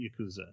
Yakuza